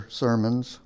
sermons